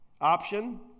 option